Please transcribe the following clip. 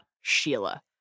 Sheila